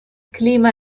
clima